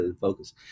focus